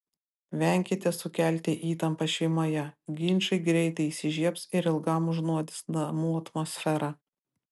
venkite sukelti įtampą šeimoje ginčai greitai įsižiebs ir ilgam užnuodys namų atmosferą